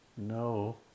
No